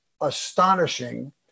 astonishing